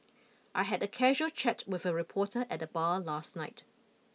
I had a casual chat with a reporter at the bar last night